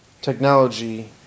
technology